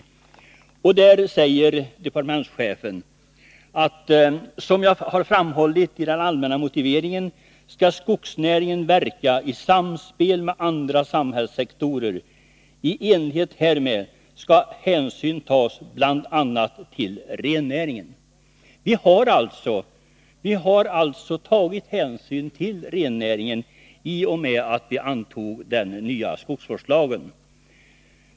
I motiveringen sade departementschefen att skogsnäringen skall verka i samspel med andra samhällssektorer och att i enlighet därmed hänsyn skall tas bl.a. till rennäringen. Vi har alltså tagit hänsyn till rennäringen i och med att vi antog den nya skogsvårdslagen.